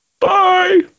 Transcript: Bye